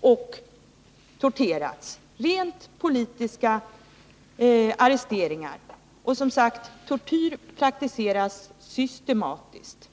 Det är alltså fråga om rent politiska arresteringar, och tortyr praktiseras som sagt systematiskt.